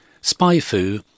Spy-Fu